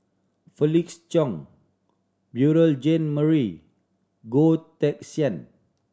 Felix Cheong Beurel Jean Marie Goh Teck Sian